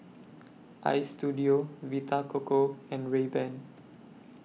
Istudio Vita Coco and Rayban